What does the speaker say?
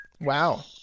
Wow